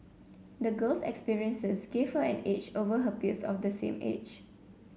the girl's experiences gave her an edge over her peers of the same age